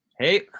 Hey